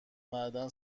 معدنم